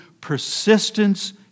persistence